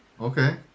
Okay